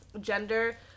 gender